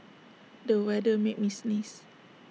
the weather made me sneeze